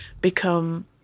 become